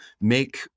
make